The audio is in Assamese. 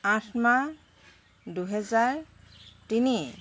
আঠ মাহ দুহেজাৰ তিনি